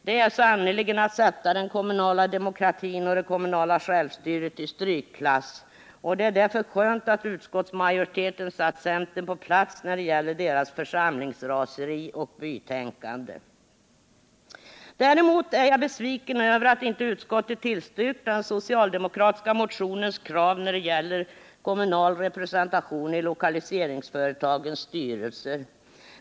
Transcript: Det är sannerligen att sätta den kommunala demokratin och självstyret i strykklass, och det är därför skönt att utskottsmajoriteten satt centern på plats när det gäller deras församlingsraseri och bytänkande. Däremot är jag besviken över att inte utskottet tillstyrkt den socialdemokratiska motionens krav på kommunal representation i lokaliseringsföretagens styrelser.